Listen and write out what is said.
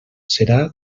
serà